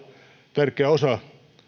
tärkeä osa